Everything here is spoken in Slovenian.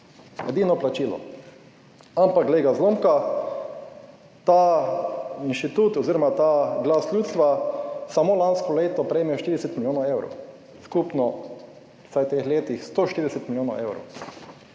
Edino plačilo? Ampak glej ga zlomka, ta inštitut, oz. ta glas ljudstva samo lansko leto prejme 40 milijonov evrov, skupno vsaj v teh letih 140 milijonov evrov.